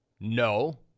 No